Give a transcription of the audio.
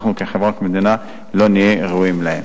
אנחנו כחברה וכמדינה לא נהיה ראויים להם.